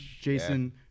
Jason